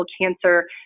cancer